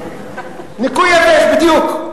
"ניקוי יבש", בדיוק.